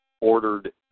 Ordered